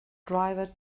driver